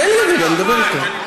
תן לי רגע, אני מדבר איתו.